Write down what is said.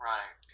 Right